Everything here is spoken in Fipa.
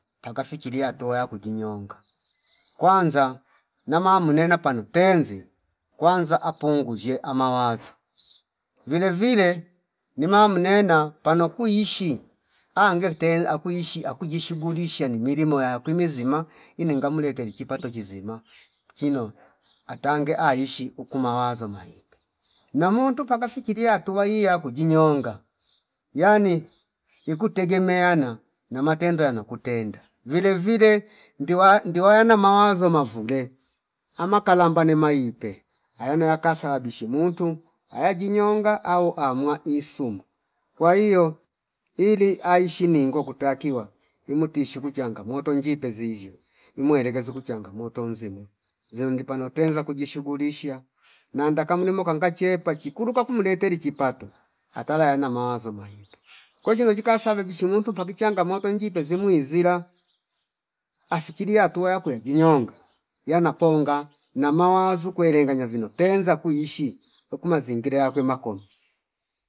Akachiria atola kujinyonga kwanza na munena pano tenzi kwanza apanguzie amawazo vile vile nima mnena pano kuishi angerten, akuishi akujishughulisha ni milimo yakwi mizima ininga mlete richipato chizima chino. Atange aishi uku mawazo maipe na muntu paka fikiria hatua hii ya kujinyonga yani ikutegemeana na matendo yano kutenda vile vile ndiwaya ndiwayana mawazo mavule ama kalambane mayipe ayono ya kasababishe muntu aya jinyonga au amwa insuma kwa hio ili aishi ningo kutakiwa imutishi kuchangamoto njipe zizyo imwe rerezi kuchangamoto nzima zino ndipano tenza kujishugulishiya nanda kamnimo kanga chepa chikuruka kumreteri chipato atala yana mawazo mahipe kwa chino chika sababishe muntu mpaki changamoto njipe zimwi zila afichiria hatua yakwe ndinyonga yana ponga na mawazu kwelenga nanyivino tenza kuishi aku mazingira yakwe makombe